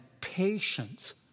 patience